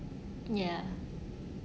ya